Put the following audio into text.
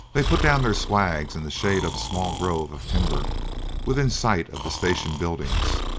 they put down their swags in the shade of a small grove of timber within sight of the station buildings.